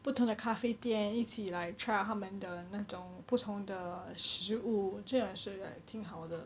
不同的咖啡店一起 like try out 它们的那种不同的食物这样也是 like 挺好的